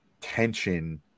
tension